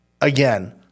Again